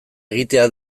egitea